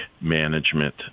management